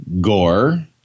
Gore